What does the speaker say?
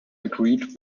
agreed